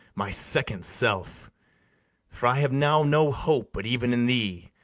my second self for i have now no hope but even in thee,